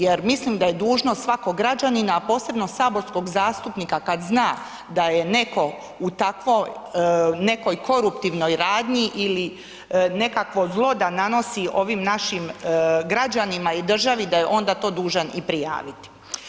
Jer mislim da je dužnost svakog građanina, a posebno saborskog zastupnika kad zna da je netko u tako nekoj koruptivnoj radnji ili nekakvo zlo da nanosi ovim našim građanima i državi da je onda to dužan i prijaviti.